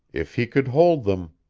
if he could hold them.